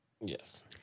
Yes